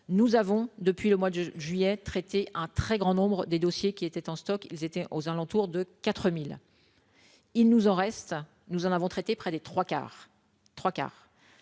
nous avons depuis le mois de juillet, traiter un très grand nombre des dossiers qui étaient en stock, il était aux alentours de 4000 il nous en reste, nous en avons traité près des 3 quarts